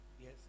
Yes